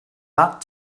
that